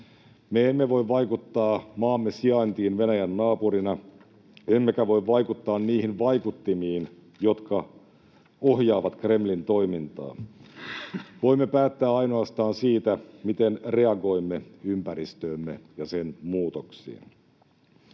Me emme voi vaikuttaa maamme sijaintiin Venäjän naapurina emmekä voi vaikuttaa niihin vaikuttimiin, jotka ohjaavat Kremlin toimintaa. Voimme päättää ainoastaan siitä, miten reagoimme ympäristöömme ja sen muutoksiin.